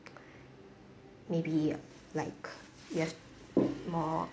maybe like you have more